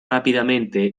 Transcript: rápidamente